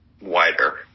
wider